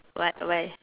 what why